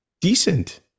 decent